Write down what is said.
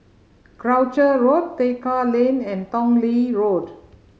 Croucher Road Tekka Lane and Tong Lee Road